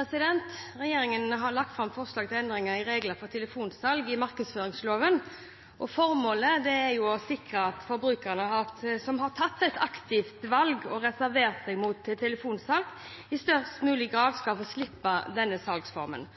å sikre at forbrukere som har tatt et aktivt valg og reservert seg mot telefonsalg, i størst mulig grad skal få slippe denne salgsformen.